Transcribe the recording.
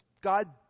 God